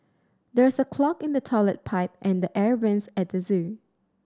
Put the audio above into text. there is a clog in the toilet pipe and the air vents at the zoo